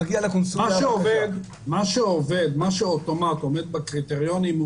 מה שאוטומטית עומד בקריטריונים,